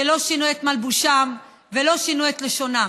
שלא שינו את מלבושם ושלא שינו את לשונם.